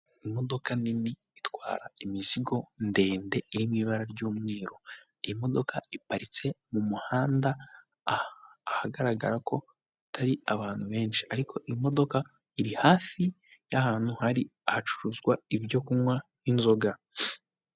Imodoka nini itwara imizigo ndende iriri mu ibara ry'umweru. Imodoka iparitse mu muhanda ahagaragara ko hatari abantu benshi. Ariko imodoka iri hafi y'ahantu hari ahacuruzwa ibyo kunywa nk'inzoga.